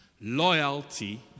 loyalty